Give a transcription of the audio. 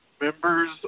members